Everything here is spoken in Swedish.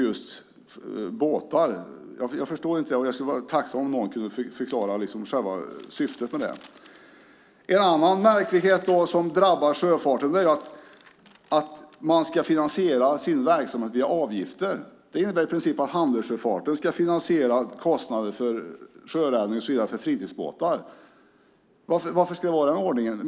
Jag förstår inte det, och jag skulle vara tacksam om någon kunde förklara vad som är syftet. En annan märklighet som drabbar sjöfarten är att man ska finansiera sin verksamhet via avgifter. Det innebär i princip att handelssjöfarten ska finansiera sjöräddning och så vidare för fritidsbåtar. Varför ska vi ha den ordningen?